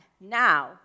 now